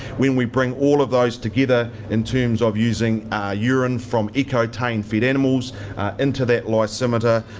when we bring all of those together, in terms of using urine from ecotain fed animals into that lysimeter,